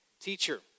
Teacher